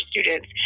students